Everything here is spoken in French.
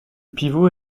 pivot